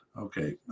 Okay